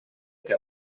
que